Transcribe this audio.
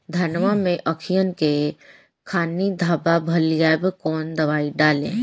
धनवा मै अखियन के खानि धबा भयीलबा कौन दवाई डाले?